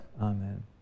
amen